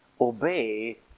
obey